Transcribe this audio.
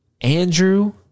Andrew